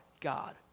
God